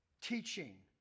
teaching